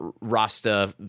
Rasta